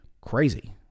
crazy